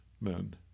men